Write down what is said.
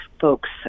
folks